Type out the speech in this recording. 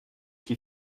qui